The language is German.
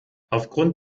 aufgrund